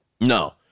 No